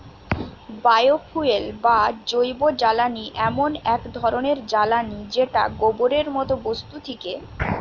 bio fuel বা জৈবজ্বালানি এমন এক ধরণের জ্বালানী যেটা গোবরের মতো বস্তু থিকে পায়া যাচ্ছে